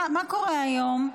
מה קורה היום?